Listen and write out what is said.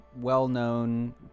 well-known